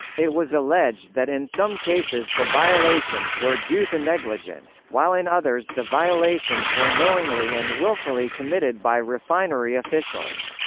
it was alleged that in some cases the violations were due to negligence, while in others the violations were knowingly and willfully committed by refinery officials.